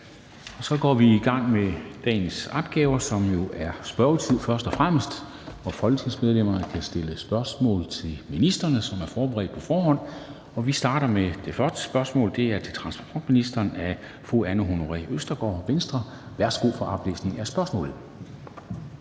Vi går i gang med dagens opgaver, som jo først og fremmest er spørgetiden, hvor folketingsmedlemmerne kan stille spørgsmål til ministrene, som er forberedt på forhånd. Vi starter med det første spørgsmål, som er til transportministeren af fru Anne Honoré Østergaard, Venstre. Kl. 13:01 Spm. nr. S 58 1) Til